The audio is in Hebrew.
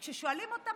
כששואלים אותה,